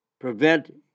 prevent